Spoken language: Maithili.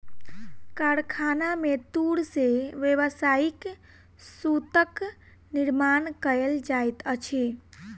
कारखाना में तूर से व्यावसायिक सूतक निर्माण कयल जाइत अछि